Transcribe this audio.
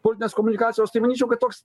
politinės komplikacijos tai manyčiau kad toks